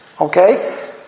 Okay